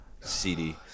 CD